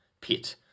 pit